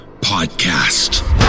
Podcast